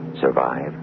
survive